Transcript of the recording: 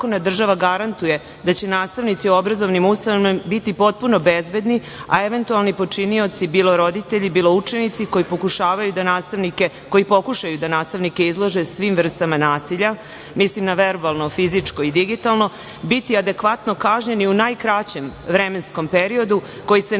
da će nastavnici u obrazovnim ustanovama biti potpuno bezbedni, a eventualni počinioci, bilo roditelji, bilo učenici, koji pokušaju da nastavnike izlože svim vrstama nasilja, mislim na verbalno, fizičko i digitalno, biti adekvatno kažnjeni u najkraćem vremenskom periodu, koji se ne